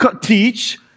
teach